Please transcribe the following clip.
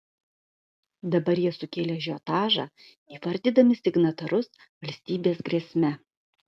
dabar jie sukėlė ažiotažą įvardydami signatarus valstybės grėsme